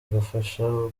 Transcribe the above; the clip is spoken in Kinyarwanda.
agafasha